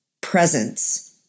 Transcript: Presence